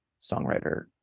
songwriter